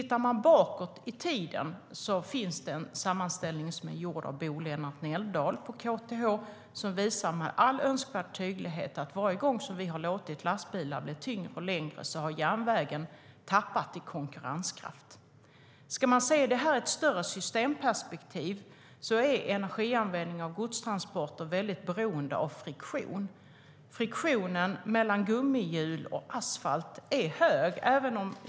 Längre bakåt i tiden gjordes en sammanställning av Bo-Lennart Nelldal på KTH som med all önskvärd tydlighet visar att varje gång som vi har låtit lastbilar bli tyngre och längre har järnvägen tappat i konkurrenskraft. Man kan se det här ur ett större systemperspektiv. Energianvändningen i godstransporter är starkt beroende av friktionen. Friktionen mellan gummihjul och asfalt är hög.